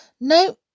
No